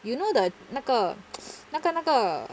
you know the 那个 那个那个